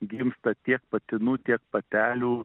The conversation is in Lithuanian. gimsta tiek patinų tiek patelių